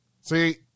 See